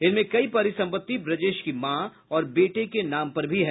इनमें कई परिसंपत्ति ब्रजेश की मॉ और बेटे के नाम पर भी हैं